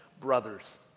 brothers